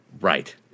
Right